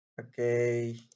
Okay